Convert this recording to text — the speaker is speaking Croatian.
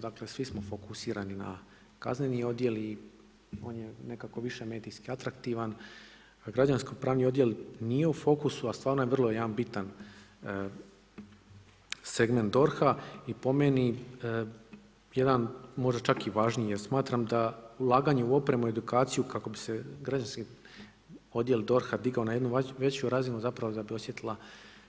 Dakle svi smo fokusirani na kazneni odjel i on je nekako više medijski atraktivan, a građansko pravni odjel nije u fokusu, a stvarno je jedan vrlo bitan segment DORH-a i po meni jedan možda čak i važniji jer smatram da ulaganje u opremu i edukaciju kako bi se građanski odjel DORH-a digao na jednu veću razinu, zapravo da bi osjetila